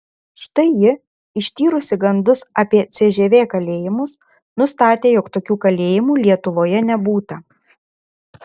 štai ji ištyrusi gandus apie cžv kalėjimus nustatė jog tokių kalėjimų lietuvoje nebūta